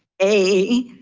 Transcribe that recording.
a,